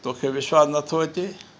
तोखे विश्वासु न थो अचे